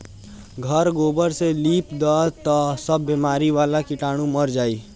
घर गोबर से लिप दअ तअ सब बेमारी वाला कीटाणु मर जाइ